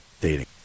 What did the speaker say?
dating